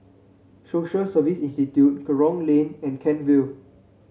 Social Service Institute Kerong Lane and Kent Vale